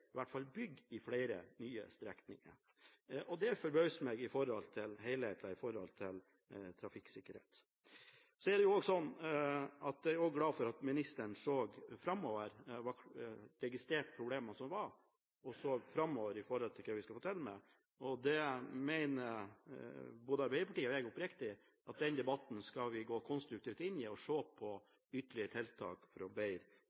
bygge det ut på flere nye strekninger. Det forbauser meg med tanke på den helhetlige trafikksikkerheten. Jeg glad for at ministeren ser framover og registrerer de problemene som er. Han ser også framover når det gjelder hva vi skal få til. Arbeiderpartiet og jeg mener oppriktig at den debatten skal vi gå konstruktivt inn i for å se på ytterligere tiltak for å bedre